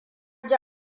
ji